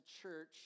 church